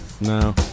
No